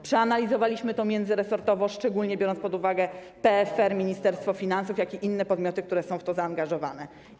Przeanalizowaliśmy to międzyresortowo, szczególnie biorąc pod uwagę PFR, ministerstwo finansów i inne podmioty, które są w to zaangażowane.